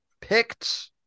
picked